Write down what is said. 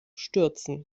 stürzen